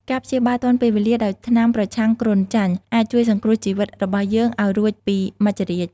ការព្យាបាលទាន់ពេលវេលាដោយថ្នាំប្រឆាំងគ្រុនចាញ់ អាចជួយសង្គ្រោះជីវិតរបស់យើងឲ្យរួចពីមច្ចុរាជ។